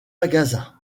magasin